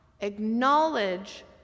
acknowledge